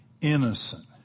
innocent